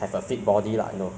you want to have a